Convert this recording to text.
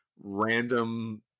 random